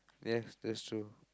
yes that's true